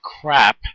crap